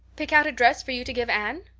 pick out a dress for you to give anne?